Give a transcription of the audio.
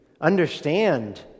understand